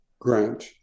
grant